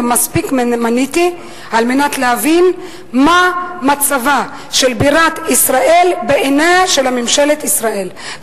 מספיק מניתי על מנת להבין מה מצבה של בירת ישראל בעיניה של ממשלת ישראל.